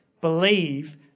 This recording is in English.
believe